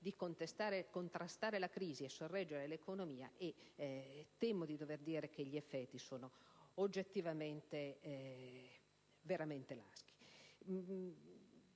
di contrastarla e sorreggere l'economia, ma temo di dover dire che gli effetti sono oggettivamente laschi.